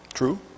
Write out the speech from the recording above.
True